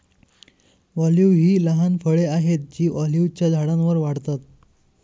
olive ही लहान फळे आहेत जी ऑलिव्हच्या झाडांवर वाढतात